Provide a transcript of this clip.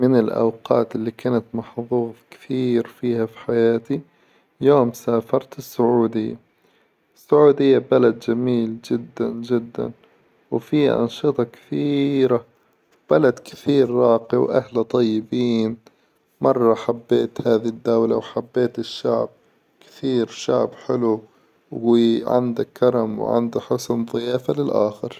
من الأوقات إللي كانت محظوظة كثير فيها في حياتي يوم سافرت السعودية، السعودية بلد جميل جدا جدا، وفيها أنشطة كثيرة، بلد كثير راقي وأهله طيبين، مرة حبيت هذي الدولة وحبيت الشعب كثير شعب حلو وعنده كرم وعنده حسن ظيافة للآخر.